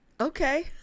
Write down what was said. Okay